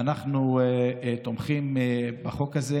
אז תגיד,